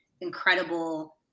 incredible